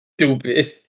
Stupid